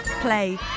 play